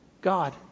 God